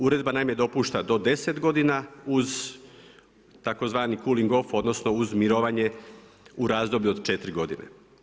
Uredba naime dopušta do deset godina uz tzv. … off odnosno uz mirovanje u razdoblju od četiri godine.